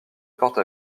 porte